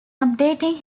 updating